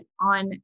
on